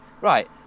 right